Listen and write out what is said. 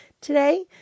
today